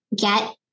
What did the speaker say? get